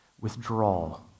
withdrawal